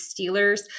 Steelers